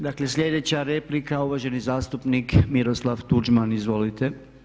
Dakle sljedeća replika, uvaženi zastupnik Miroslav Tuđman, izvolite.